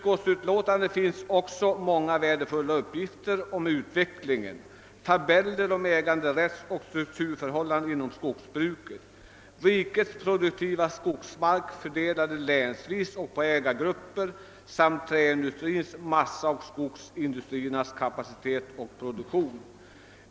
I utlåtandet återges också många värdefulla uppgifter om utvecklingen, tabeller över äganderättsoch strukturförhållanden inom skogsbruket, över rikets produktiva skogsmark länsvis fördelad på ägargrupper samt över träindustrins och massaoch skogsindustriernas kapacitet och produktion.